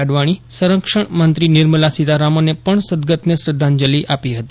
અડવાજી સંરક્ષક્ષ મંત્રી નિર્મલા સીતારાયને પણ સદગતને શ્રધ્ધાંજલિ આપી હતી